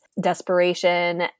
desperation